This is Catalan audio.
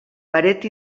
paret